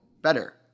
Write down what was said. better